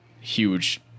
huge